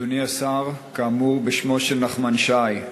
אדוני השר, כאמור, בשמו של נחמן שי: